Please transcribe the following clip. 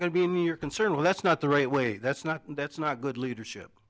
going to be in your concern well that's not the right way that's not that's not good leadership